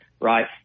right